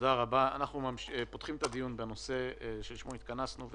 אנחנו פותחים את הדיון בנושא שלשמו התכנסנו,